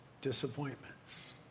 disappointments